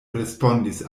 respondis